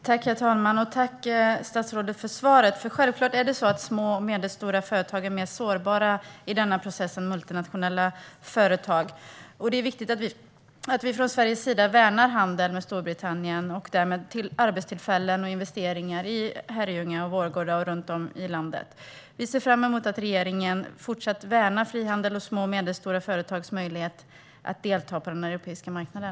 Herr talman! Jag tackar statsrådet för svaret. Självklart är små och medelstora företag mer sårbara i denna process än multinationella företag. Det är därför viktigt att Sverige värnar handeln med Storbritannien och därmed arbetstillfällen och investeringar i Herrljunga, Vårgårda och runt om i landet. Vi ser fram emot att regeringen fortsätter att värna frihandeln och små och medelstora företags möjlighet att delta på den europeiska marknaden.